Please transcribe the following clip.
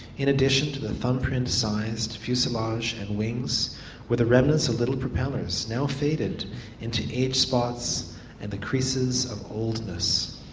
in addition to the thumbprint-sized fuselage and wings were the remnants of little propellers, now faded into age spots and the creases of oldness.